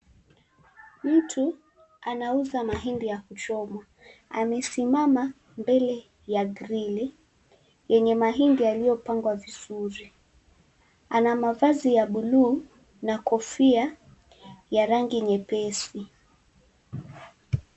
Mtu anauza mahindi ya kuchoma amesimama mbele ya grili yenye mahindi yaliyopangwa vizuri. Ana mavazi ya buluu na kofia ya rangi nyepesi.